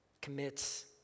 commits